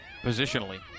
Positionally